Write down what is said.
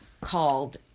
called